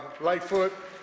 Lightfoot